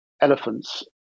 elephants